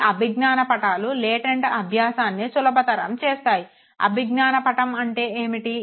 ఈ అభిజ్ఞాన పటాలు లేటెంట్ అభ్యాసాన్ని సులభతరం చేస్తాయి అభిజ్ఞాన పటం అంటే ఏమిటి